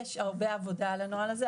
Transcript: יש הרבה עבודה על הנוהל הזה.